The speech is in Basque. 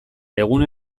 egun